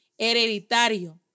hereditario